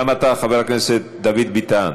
גם אתה, חבר הכנסת דוד ביטן.